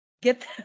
get